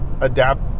adapt